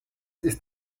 ist